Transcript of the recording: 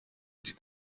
die